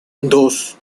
dos